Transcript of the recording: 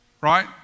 right